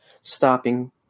stopping